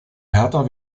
härter